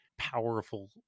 powerful